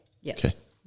Yes